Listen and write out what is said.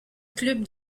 club